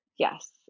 Yes